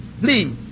Please